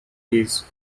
his